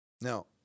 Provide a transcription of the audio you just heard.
Now